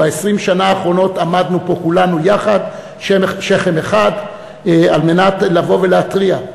וב-20 שנה האחרונות עמדנו פה כולנו יחד שכם אחד על מנת לבוא ולהתריע.